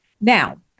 now